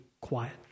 quiet